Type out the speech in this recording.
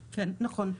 כן, נכון.